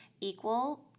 equal